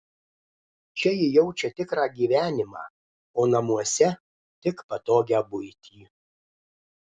čia ji jaučia tikrą gyvenimą o namuose tik patogią buitį